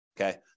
okay